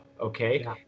Okay